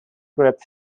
group